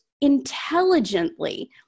intelligently